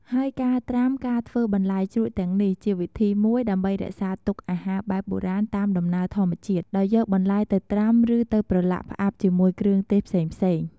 ហេីយការត្រាំការធ្វើបន្លែជ្រក់ទាំងនេះជាវិធីមួយ ដេីម្បីរក្សាទុកអាហារបែបបុរាណតាមដំណើរធម្មជាតិ ដោយយកបន្លែទៅត្រាំឬទៅប្រឡាក់ផ្អាប់ជាមួយគ្រឿងទេសផ្សេងៗ។